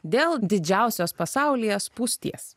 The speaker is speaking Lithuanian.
dėl didžiausios pasaulyje spūsties